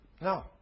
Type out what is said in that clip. no